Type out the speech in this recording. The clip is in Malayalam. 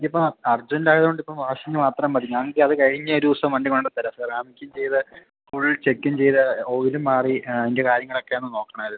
എനിക്കിപ്പോൾ അർജൻ്റായതുകൊണ്ടിപ്പോൾ വാഷിംഗ് മാത്രം മതി ഞാൻ അത് കഴിഞ്ഞ ഒരു ദിവസം വണ്ടി കൊണ്ടുത്തരാം സെറാമിക്ക് ചെയ്ത് ഫുൾ ചെക്കും ചെയ്ത് ഓയിലും മാറി അതിൻ്റെ കാര്യങ്ങളൊക്കെ ഒന്ന് നോക്കണമായിരുന്നു